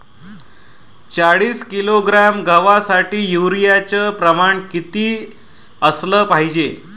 चाळीस किलोग्रॅम गवासाठी यूरिया च प्रमान किती असलं पायजे?